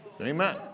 Amen